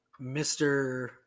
Mr